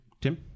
Tim